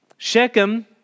Shechem